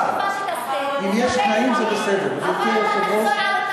תגיד לי,